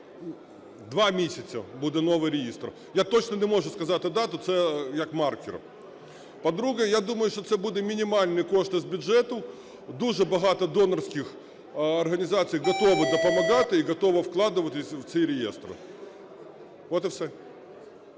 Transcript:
2 місяця, буде новий реєстр. Я точно не можу сказати дату, це як маркер. По-друге, я думаю, що це будуть мінімальні кошті з бюджету. Дуже багато донорських організацій готові допомагати і готові вкладатися в цей реєстр. От і все.